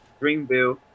dreamville